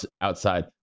outside